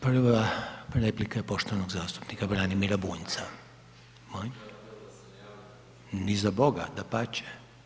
Prva replika je poštovanog zastupnika Branimira Bunjca. … [[Upadica: Ne razumije se.]] Molim, ni za boga dapače.